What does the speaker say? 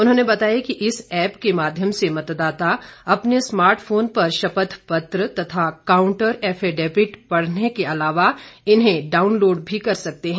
उन्होंने बताया कि इस ऐप के माध्यम से मतदाता अपने स्मार्ट फोन पर शपथ पत्र तथा काउंटर ऐफिडेविट पढ़ने के अलावा इन्हें डाउनलोड भी कर सकते हैं